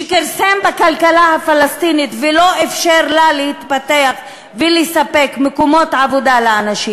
שכרסם בכלכלה הפלסטינית ולא אפשר לה להתפתח ולספק מקומות עבודה לאנשים.